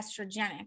estrogenic